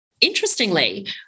interestingly